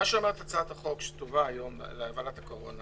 הצעת החוק שתובא היום לוועדת הקורונה